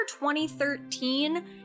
2013